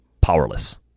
powerless